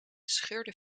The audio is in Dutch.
scheurde